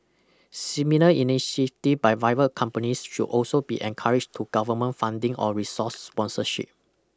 similar initiatives by private companies should also be encouraged to government funding or resource sponsorship